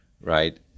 right